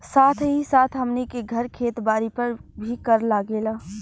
साथ ही साथ हमनी के घर, खेत बारी पर भी कर लागेला